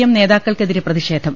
M നേതാക്കൾക്കെ തിരെ പ്രതിഷേധം